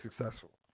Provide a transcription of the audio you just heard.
successful